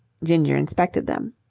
ginger inspected them.